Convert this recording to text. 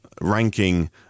ranking